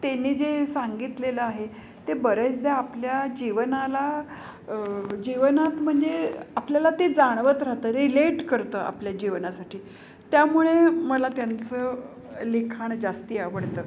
त्यांनी जे सांगितलेलं आहे ते बऱ्याचदा आपल्या जीवनाला जीवनात म्हणजे आपल्याला ते जाणवत राहतं रिलेट करतं आपल्या जीवनासाठी त्यामुळे मला त्यांचं लिखाण जास्त आवडतं